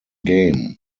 game